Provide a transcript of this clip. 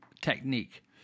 technique